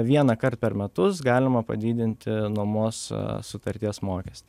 vienąkart per metus galima padidinti nuomos sutarties mokestį